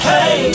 Hey